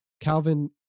Calvin